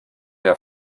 der